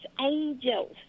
angels